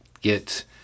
get